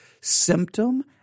Symptom